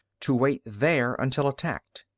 to wait there until attacked.